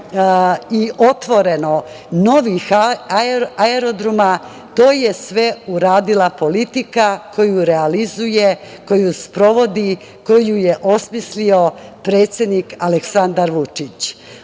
i otvoreno novih aerodroma. To je sve uradila politika koju realizuje, koju sprovodi, koju je osmislio predsednik Aleksandar Vučić.U